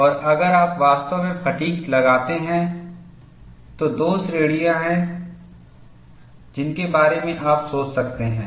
और अगर आप वास्तव में फ़ैटिग् लगाते हैं तो दो श्रेणियां हैं जिनके बारे में आप सोच सकते हैं